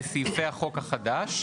לגבי סעיפי החוק החדש.